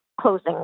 closing